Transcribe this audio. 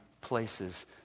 places